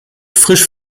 frisch